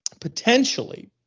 Potentially